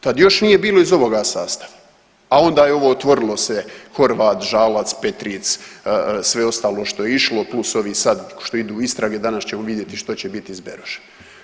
Tad još nije bilo iz ovoga sastava, a onda je ovo otvorilo se, Horvat, Žalac, Petric, sve ostalo što je išlo, plus ovi sad što idu u istrage, danas ćemo vidjeti što će biti s Berošem.